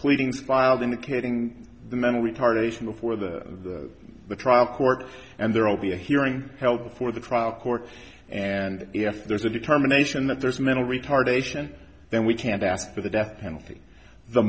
pleading spiled indicating the mental retardation before the trial court and there will be a hearing held before the trial court and if there's a determination that there's mental retardation then we can't ask for the death penalty the